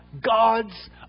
God's